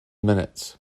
minutes